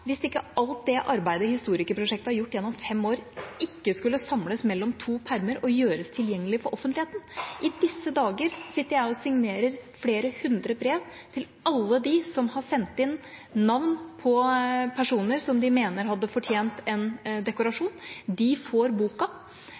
hvis alt det arbeidet historikerprosjektet har gjort gjennom fem år, ikke skulle samles mellom to permer og gjøres tilgjengelig for offentligheten. I disse dager sitter jeg og signerer flere hundre brev til alle dem som har sendt inn navn på personer som de mener hadde fortjent en dekorasjon. De får boka.